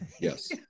Yes